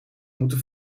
moeten